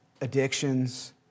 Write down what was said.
addictions